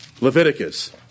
Leviticus